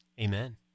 amen